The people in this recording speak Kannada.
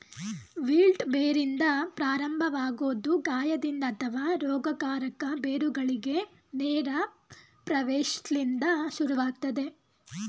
ವಿಲ್ಟ್ ಬೇರಿಂದ ಪ್ರಾರಂಭವಾಗೊದು ಗಾಯದಿಂದ ಅಥವಾ ರೋಗಕಾರಕ ಬೇರುಗಳಿಗೆ ನೇರ ಪ್ರವೇಶ್ದಿಂದ ಶುರುವಾಗ್ತದೆ